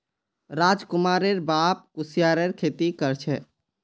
राजकुमारेर बाप कुस्यारेर खेती कर छे